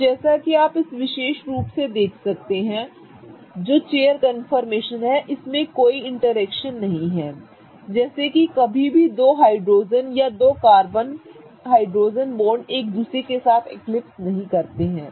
तो जैसा कि आप इस विशेष रूप से देख सकते हैं जो चेयर कन्फर्मेशन है इसमें कोई इंटरेक्शन नहीं है जैसे कि कभी भी दो हाइड्रोजेन या दो कार्बन हाइड्रोजन बॉन्ड एक दूसरे के साथ एक्लिप्स नहीं करते हैं